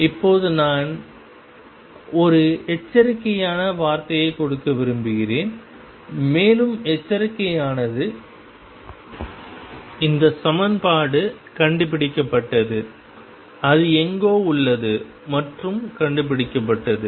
இப்போது இது நான் ஒரு எச்சரிக்கையான வார்த்தையை கொடுக்க விரும்புகிறேன் மேலும் எச்சரிக்கை ஆனது இந்த சமன்பாடு கண்டுபிடிக்கப்பட்டது அது எங்கோ உள்ளது மற்றும் கண்டுபிடிக்கப்பட்டது